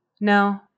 no